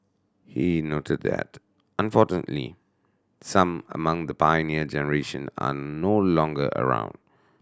he noted that unfortunately some among the Pioneer Generation are no longer around